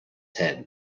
head